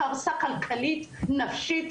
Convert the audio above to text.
קרסה כלכלית, נפשית.